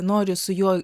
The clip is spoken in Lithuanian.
noriu su juo